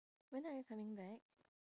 when are you coming back